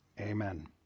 Amen